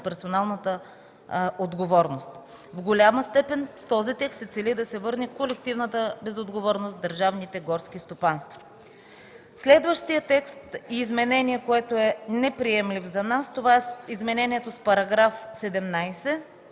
персоналната отговорност. В голяма степен с този текст се цели да се върне колективната безотговорност в държавните горски стопанства. Следващият текст – изменение, което е неприемливо за нас, е изменението в § 17,